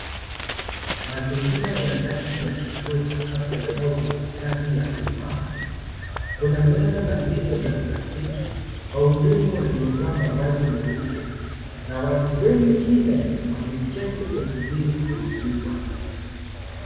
Mazingira ya ndani ya kituo cha afya au hospitali ya umma. Kuna meza na viti vya plastiki, wahudumu waliovaa mavazi meupe na watu wengine wame keti kusuburi kuhudumiwa.